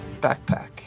backpack